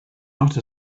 not